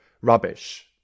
Rubbish